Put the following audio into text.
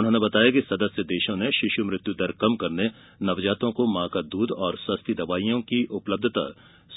उन्होंने बताया कि सदस्य देशों ने शिश् मृत्यु दर कम करने नवजातों को मां का दूध और सस्ती दवाईयों की उपलब्धता